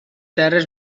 terres